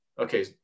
Okay